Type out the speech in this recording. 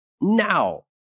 now